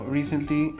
Recently